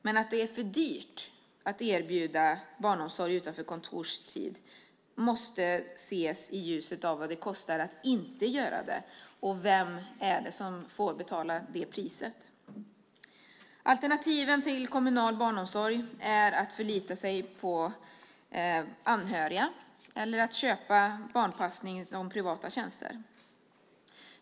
Men att det är för dyrt att erbjuda barnomsorg utanför kontorstid måste ses i ljuset av vad det kostar att inte göra det, och vem är det som får betala det priset? Alternativen till kommunal barnomsorg är att förlita sig på anhöriga eller att köpa barnpassningen som privata tjänster.